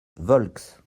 volx